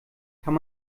kann